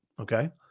Okay